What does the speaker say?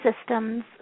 systems